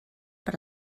per